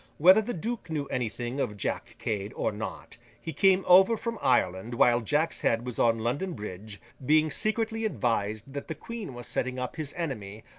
whether the duke knew anything of jack cade, or not, he came over from ireland while jack's head was on london bridge being secretly advised that the queen was setting up his enemy,